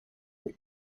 for